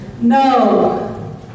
No